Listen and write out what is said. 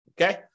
Okay